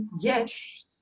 yes